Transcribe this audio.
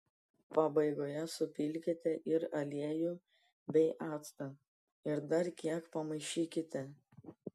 pabaigoje supilkite ir aliejų bei actą ir dar kiek pamaišykite